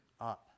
up